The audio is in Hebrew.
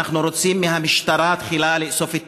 אנחנו רוצים מהמשטרה תחילה לאסוף את